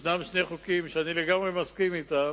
יש שני חוקים שאני לגמרי מסכים אתם.